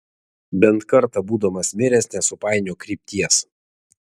bent kartą būdamas miręs nesupainiok krypties